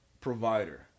provider